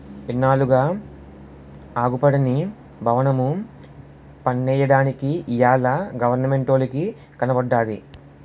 ఇన్నాళ్లుగా అగుపడని బవనము పన్నెయ్యడానికి ఇయ్యాల గవరమెంటోలికి కనబడ్డాది